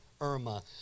Irma